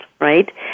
right